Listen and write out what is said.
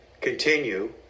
Continue